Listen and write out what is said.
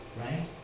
Right